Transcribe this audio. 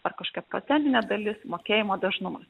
ar kažkokia procentinė dalis mokėjimo dažnumas